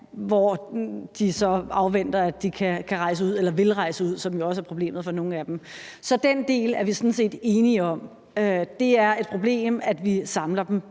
hvor de så afventer, at de kan eller vil rejse ud, hvad der jo også er problemet for nogle af dem. Så den del er vi sådan set enige om. Det er et problem, at vi samler dem